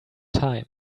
time